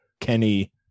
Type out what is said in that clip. Kenny